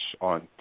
on